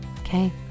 okay